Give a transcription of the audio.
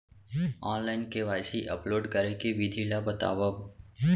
Online KYC upload करे के विधि ला बतावव?